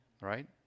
right